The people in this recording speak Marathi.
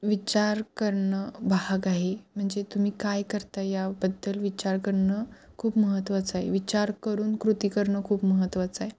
विचार करणं भाग आहे म्हणजे तुम्ही काय करता याबद्दल विचार करणं खूप महत्त्वाचं आहे विचार करून कृती करणं खूप महत्त्वाचं आहे